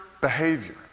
behavior